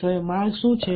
તો એ માર્ગ શું છે